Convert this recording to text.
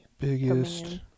Biggest